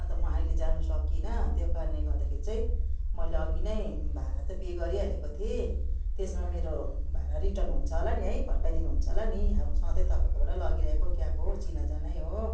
अन्त म अहिले जान सकिनँ त्यो कारणले गर्दाखेरि चाहिँ मैले अघि नै भाडा त पे गरिहालेको थिएँ त्यसमा मेरो भाडा रिटर्न हुन्छ होला नि है फर्काइदिनु हुन्छ होला नि अब सधैँ तपाईँहरूकोबाटै लगिरहेको क्याब हो चिनाजानै हो